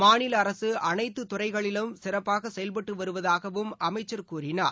மாநில அரசு அனைத்து துறைகளிலும் சிறப்பாக செயல்பட்டு வருவதாகவும் அமைச்சர் கூறினார்